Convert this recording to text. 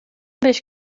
beş